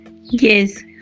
Yes